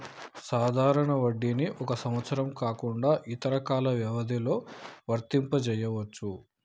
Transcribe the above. సాధారణ వడ్డీని ఒక సంవత్సరం కాకుండా ఇతర కాల వ్యవధిలో వర్తింపజెయ్యొచ్చు